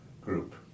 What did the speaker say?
group